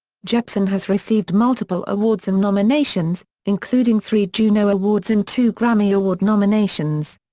jepsen has received multiple awards and nominations, including three juno awards and two grammy award nominations.